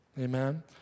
Amen